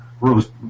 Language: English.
rose